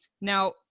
now